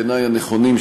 בעיני הנכונים,